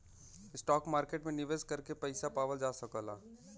stock market में निवेश करके पइसा पावल जा सकला